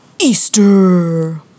Easter